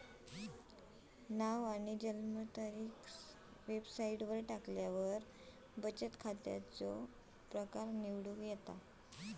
नाव सांग आणि जन्मतारीख वेबसाईटवर टाकल्यार बचन खात्याचो प्रकर निवड